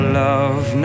love